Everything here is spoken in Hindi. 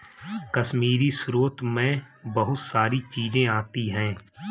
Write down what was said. कश्मीरी स्रोत मैं बहुत सारी चीजें आती है